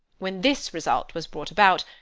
when this result was brought about,